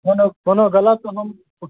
कोनो कोनो गलत हम